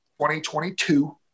2022